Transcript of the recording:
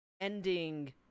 ending